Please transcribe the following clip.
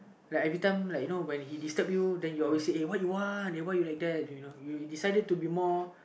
like every time like you know when he disturb you then you always say uh what you want uh why you like that you know you decided to be more